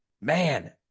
Man